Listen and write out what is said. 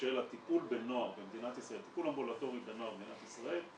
של טיפול אמבולטורי בנוער במדינת ישראל,